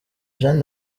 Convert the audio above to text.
jean